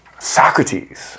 socrates